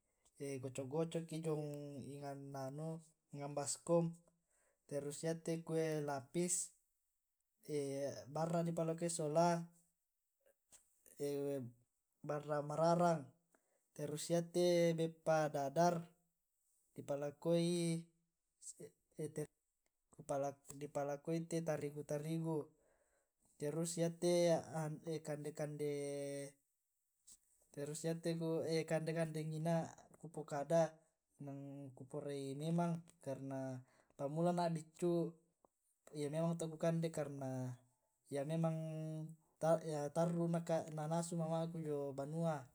gocok gocok ki jiong enang baskom terus yate kue lapis barra di palakoi sola barra mararang, terus ya te beppa dadar di palakoi, di palakoi te tarigu-tarigu. terus ya te kande kande terus yate ku kande kande ngina ku pokada enang kupurai memang karna pammulana' biccu iya memang to ku kande karna iya memang iya tarru' na nasu mamaku jio banua.